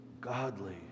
godly